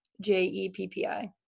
J-E-P-P-I